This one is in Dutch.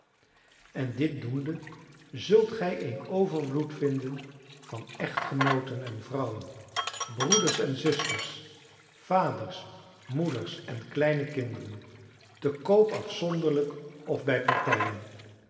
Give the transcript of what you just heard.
en dit doende zult gij een overvloed vinden van echtgenooten en vrouwen broeders en zusters vaders moeders en kleine kinderen te koop afzonderlijk of bij partijen